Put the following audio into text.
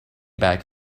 back